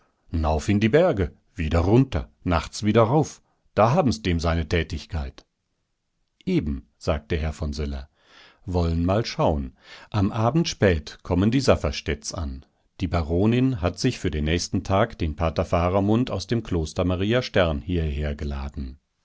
nauf in die berge wieder runter nachts wieder rauf da haben's dem seine tätigkeit eben sagt der herr von söller wollen mal schauen am abend spät kommen die safferstätts an die baronin hat sich für den nächsten tag den pater faramund aus dem kloster maria stern hierher geladen